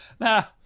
now